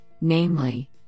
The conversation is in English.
namely